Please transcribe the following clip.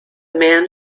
man